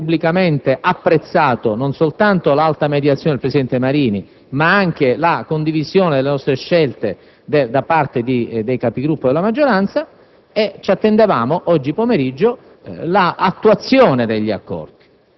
Devo dire che avevamo ufficialmente e pubblicamente apprezzato non soltanto l'alta mediazione del presidente Marini, ma anche la condivisione delle nostre scelte da parte dei Capigruppo della maggioranza